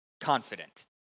confident